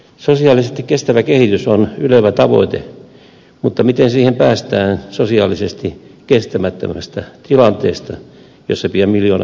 sosiaalisesti kestävä kehitys on ylevä tavoite mutta miten siihen päästään sosiaalisesti kestämättömästä tilanteesta jossa pian miljoona suomalaista elää